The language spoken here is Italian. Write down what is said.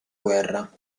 guerra